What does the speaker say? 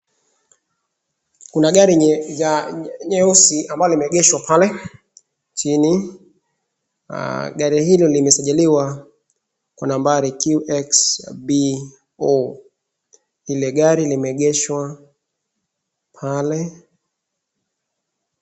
Kuna gari nyeusi ambalo limeegeshwa pale chini. Gari hilo limesajiliwa Kwa nambari QXBO.Ile gari limeegeshwa pale.